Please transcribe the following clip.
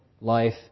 life